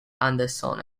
anderson